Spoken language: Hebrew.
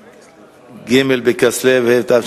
בבקשה.